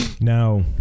Now